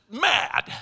mad